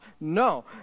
No